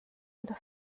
oder